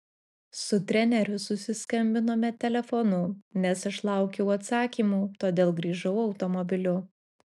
su treneriu susiskambinome telefonu nes aš laukiau atsakymų todėl grįžau automobiliu